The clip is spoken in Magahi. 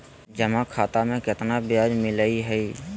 जमा खाता में केतना ब्याज मिलई हई?